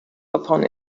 upon